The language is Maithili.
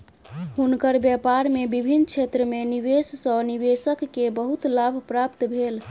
हुनकर व्यापार में विभिन्न क्षेत्र में निवेश सॅ निवेशक के बहुत लाभ प्राप्त भेल